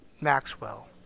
Maxwell